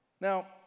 now